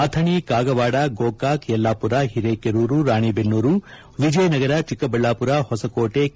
Athani Kagwad Gokak Yellapur Hirekerur Ranebennur Vijayanagara Chikkaballapur Hoskote K